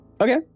Okay